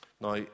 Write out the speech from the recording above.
Now